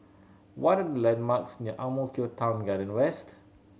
what the landmarks near Ang Mo Kio Town Garden West